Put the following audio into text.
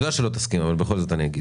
שלא תסכים, אבל בכל זאת אגיד.